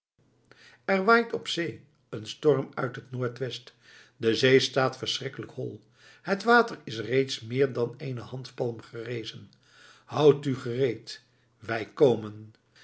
er waait op zee een storm uit het noordwest de zee staat verschrikkelijk hol het water is reeds meer dan eene handpalm gerezen houdt u gereed wij komen